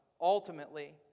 ultimately